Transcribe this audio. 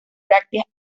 brácteas